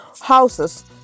houses